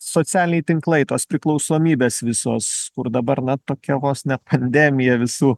socialiniai tinklai tos priklausomybės visos kur dabar na tokia vos ne pandemija visų